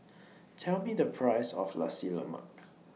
Tell Me The Price of Nasi Lemak